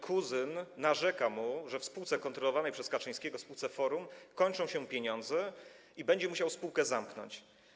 Kuzyn narzekał, że w kontrolowanej przez Kaczyńskiego spółce Forum kończą się pieniądze i będzie musiał spółkę zamknąć.